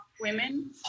women